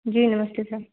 जी नमस्ते सर